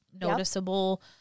noticeable